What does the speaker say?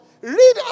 Read